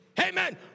Amen